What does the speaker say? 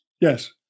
Yes